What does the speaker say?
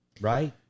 right